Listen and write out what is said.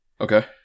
okay